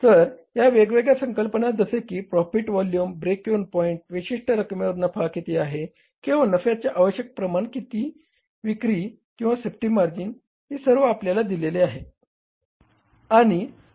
तर या वेगवेगळ्या संकल्पना जसे की profit volume break even point विशिष्ट रकमेवर नफा किती आहे किंवा नफ्याच्या आवश्यक प्रमाणात विक्री आणि सेफ्टी मार्जिन ही सर्व आपल्याला दिलेली आहे